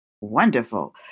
Wonderful